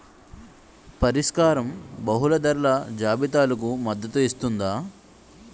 పరిష్కారం బహుళ ధరల జాబితాలకు మద్దతు ఇస్తుందా?